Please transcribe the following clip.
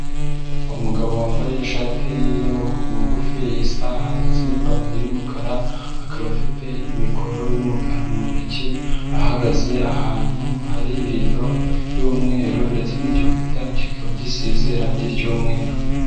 Umugabo wambaye ishati y'amaboko magufi, isaha ndetse n'ipantaro y'umukara akaba afite mikoro y'umukara mu ntoki, ahagaze ahantu hari rido y'umweru ndetse n'igikuta kikaba gisize irangi ry'umweru.